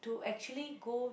to actually go